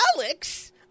Alex